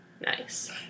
Nice